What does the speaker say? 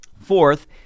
Fourth